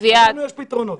גם לנו יש פתרונות.